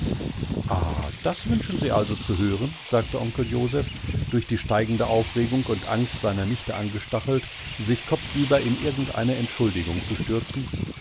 das wünschen sie also zu hören sagte onkel joseph durch die steigende aufregung und angst seiner nichte angestachelt sich kopfüber in irgendeine entschuldigung zu stürzen